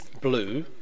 blue